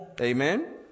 Amen